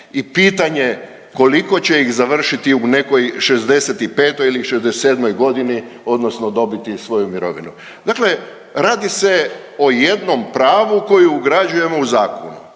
i pitanje koliko će ih završiti u nekoj šezdeset i petoj ili šezdeset i sedmoj godini, odnosno dobiti svoju mirovinu. Dakle, radi se o jednom pravu koji ugrađujemo u zakon.